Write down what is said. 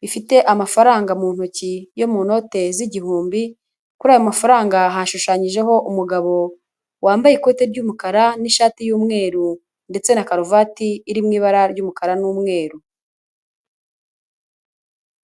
bifite amafaranga mu ntoki yo mu note z'igihumbi, kuri aya mafaranga, hashushanyijeho umugabo wambaye ikoti ry'umukara n'ishati y'umweru ndetse na karuvati iri mu ibara ry'umukara n'umweru.